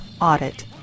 audit